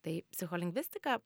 tai psicholingvistika